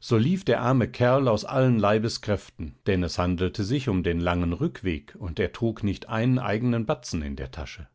so lief der arme kerl aus allen leibeskräften denn es handelte sich um den langen rückweg und er trug nicht einen eigenen batzen in der tasche